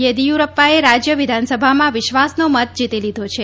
ઘેદીયુરપ્પાએ રાજ્ય વિધાનસભામાં વિશ્વાસનો મત જીતી લીધો છે